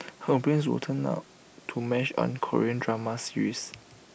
her brain would turn out to mesh on Korean drama serials